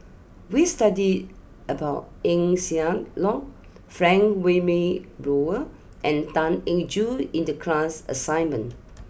we studied about Eng Siak Loy Frank Wilmin Brewer and Tan Eng Joo in the class assignment